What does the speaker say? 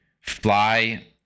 fly